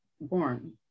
born